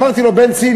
אמרתי לו: בנצי,